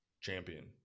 Champion